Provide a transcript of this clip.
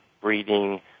breeding